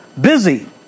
busy